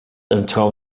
until